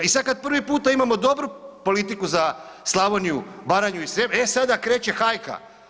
I sad kad prvi puta imamo dobru politiku za Slavoniju, Baranju i Srijem e sada kreće hajka.